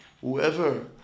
whoever